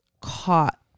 caught